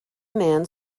man